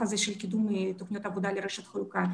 הזה של קידום תוכניות עבודה לרשת חלוקה.